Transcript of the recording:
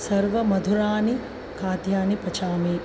सर्वं मधुराणि खाद्यानि पचामि